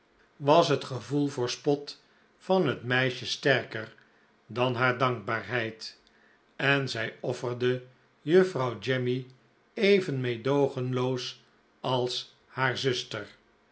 was het gevoel voor spot van het meisje sterker dan haar dankbaarheid en zij offerde juffrouw jemmy even meedoogenloos als haar zuster